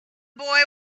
boy